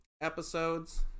episodes